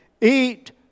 Eat